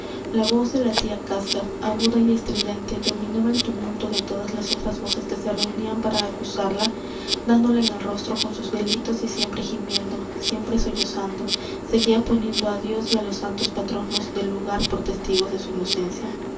la voz de la tía casca aguda y estridente dominaba el tumulto de todas las otras voces que se reunían para acusarla dándole en el rostro con sus delitos y siempre gimiendo siempre sollozando seguía poniendo á dios y á los santos patronos del lugar por testigos de su inocencia